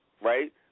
right